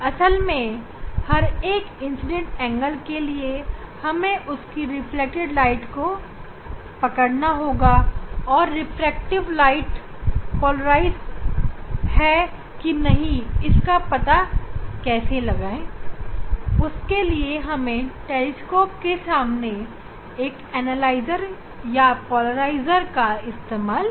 असल में हर एक इंसीडेंट एंगल के लिए हम उसकी रिफ्लेक्टेड प्रकाश को पकड़ेंगे और रिफ्लेक्टिव प्रकाश पोलराइज्ड है कि नहीं इसका पता के लिए हमें टेलीस्कोपके सामने एक एनालाइजर या पोलराइजरको रखेंगे